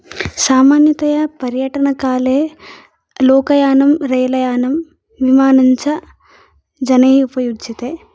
सामान्यतया पर्यटनकाले लोकयानं रेलयानं विमानञ्च जनैः उपयुज्यते